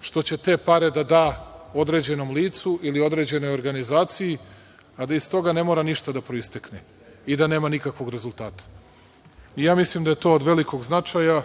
što će te pare da određenom licu ili određenoj organizaciji, a da iz toga ne mora ništa da proistekne i da nema nikakvog rezultata. Mislim da je to od velikog značaja,